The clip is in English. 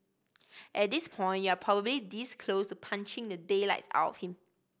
at this point you're probably this close to punching the daylights out of him